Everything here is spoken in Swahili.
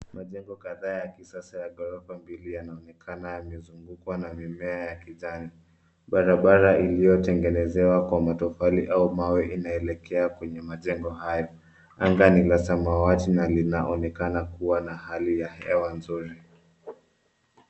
Majengo ya kisasa ya ghorofa mbili yanaonekana yamezungukwa na mimea ya kijani. Barabara iliyotengenezewa kwa matofali au mawe inaelekea kwenye majengo hayo. Anga ni la samawati na linaonekana kuwa na hali ya hewa nzuri.